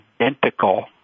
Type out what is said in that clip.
identical